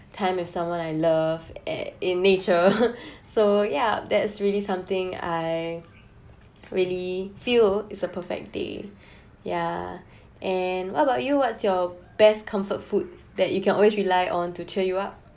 time with someone I love at in nature so yeah that's really something I really feel is a perfect day yeah and what about you what's your best comfort food that you can always rely on to cheer you up